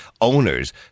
owners